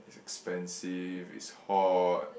expensive it's hot